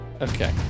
Okay